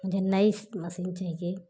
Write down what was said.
मुझे नई मसीन चहिए